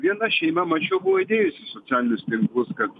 viena šeima mačiau buvo įdėjusi į socialinius tinklus kad